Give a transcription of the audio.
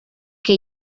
que